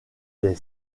des